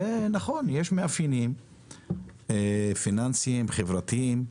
זה נכון, יש מאפיינים פיננסיים וחברתיים,